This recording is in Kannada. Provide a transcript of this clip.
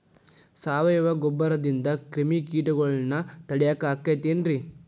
ಸಾವಯವ ಗೊಬ್ಬರದಿಂದ ಕ್ರಿಮಿಕೇಟಗೊಳ್ನ ತಡಿಯಾಕ ಆಕ್ಕೆತಿ ರೇ?